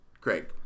Craig